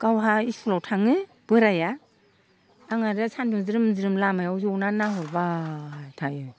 गावहा इस्कुलाव थाङो बोराया आं आरो सान्दुं ज्रोम ज्रोम लामायाव ज'ना नाहरबाय थायो